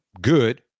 Good